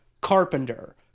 Carpenter